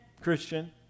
Christian